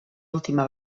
última